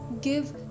Give